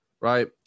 right